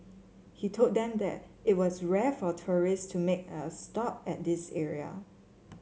he told them that it was rare for tourists to make a stop at this area